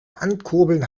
ankurbeln